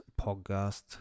podcast